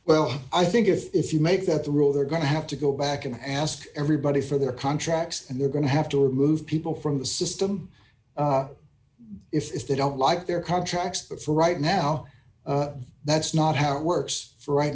well i think if you make that rule they're going to have to go back and ask everybody for their contracts and they're going to have to remove people from the system if they don't like their contract but for right now that's not how it works for right